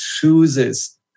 chooses